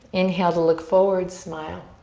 inhale to look forward. smile.